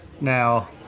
Now